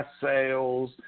sales